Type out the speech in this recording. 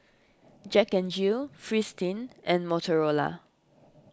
Jack N Jill Fristine and Motorola